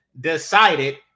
decided